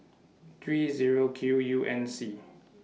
three Zero Q U N C